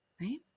right